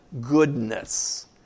goodness